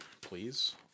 please